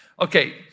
Okay